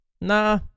Nah